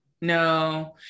No